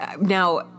Now